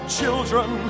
children